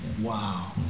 Wow